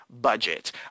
budget